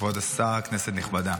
כבוד השר, כנסת נכבדה,